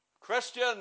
Christian